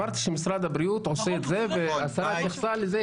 אמרת שמשרד הבריאות עושה את זה והשרה התייחסה לזה